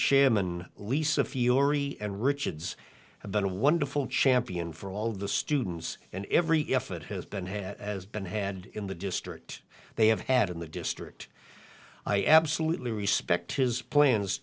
chairman lisa few ory and richards have been wonderful champion for all the students and every effort has been has been had in the district they have had in the district i absolutely respect his plans